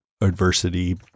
adversity